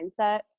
mindset